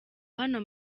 hano